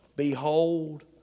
Behold